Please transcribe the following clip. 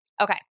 Okay